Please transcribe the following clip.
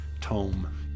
tome